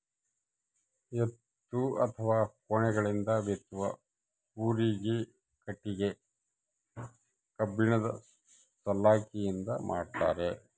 ಎತ್ತು ಅಥವಾ ಕೋಣಗಳಿಂದ ಬಿತ್ತುವ ಕೂರಿಗೆ ಕಟ್ಟಿಗೆ ಕಬ್ಬಿಣದ ಸಲಾಕೆಯಿಂದ ಮಾಡ್ತಾರೆ